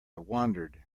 wandered